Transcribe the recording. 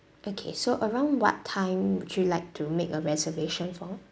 okay so around what time would you like to make a reservation for